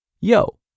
yo